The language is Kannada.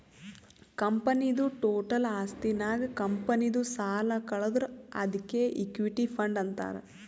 ಕಂಪನಿದು ಟೋಟಲ್ ಆಸ್ತಿ ನಾಗ್ ಕಂಪನಿದು ಸಾಲ ಕಳದುರ್ ಅದ್ಕೆ ಇಕ್ವಿಟಿ ಫಂಡ್ ಅಂತಾರ್